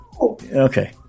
Okay